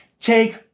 Take